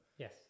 Yes